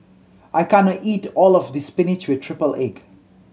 I can't eat all of this spinach with triple egg